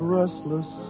restless